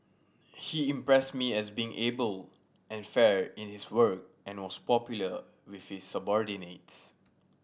he impressed me as being able and fair in his work and was popular with his subordinates